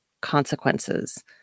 consequences